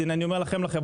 אני אומר לחברות,